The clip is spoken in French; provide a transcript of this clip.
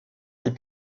les